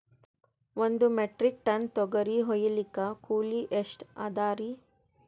ಒಂದ್ metric tonne ತೊಗರಿ ಹೋಯಿಲಿಕ್ಕ ಕೂಲಿ ಎಷ್ಟ ಅದರೀ?